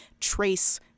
trace